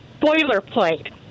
boilerplate